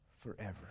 forever